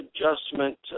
adjustment